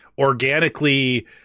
organically